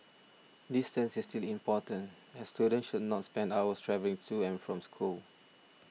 distance is still important as students should not spend hours travelling to and from school